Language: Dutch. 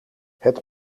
het